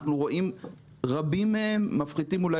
אנחנו רואים רבים מהם מפחיתים אולי